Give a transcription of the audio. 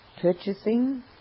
purchasing